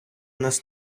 нас